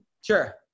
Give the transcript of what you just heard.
Sure